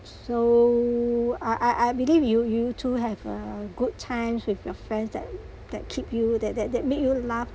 so I I I believe you you too have a good times with your friends that that keep you that that that make you laugh